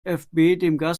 gastgeber